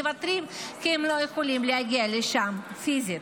הם מוותרים כי הם לא יכולים להגיע לשם פיזית,